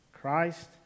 Christ